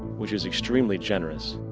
which is extremely generous,